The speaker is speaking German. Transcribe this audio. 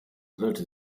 sollte